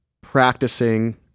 practicing